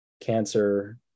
cancer